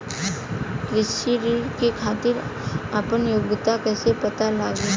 कृषि ऋण के खातिर आपन योग्यता कईसे पता लगी?